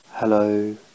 Hello